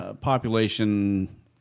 Population